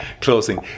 Closing